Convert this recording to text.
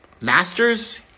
masters